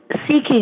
seeking